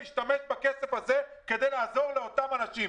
להשתמש בכסף הזה כדי לעזור לאותם אנשים?